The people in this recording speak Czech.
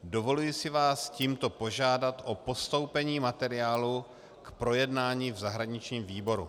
Dovoluji si vás tímto požádat o postoupení materiálu k projednání v zahraničním výboru.